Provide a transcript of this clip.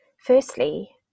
Firstly